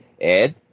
Ed